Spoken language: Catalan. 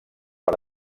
per